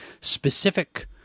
specific